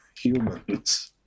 Humans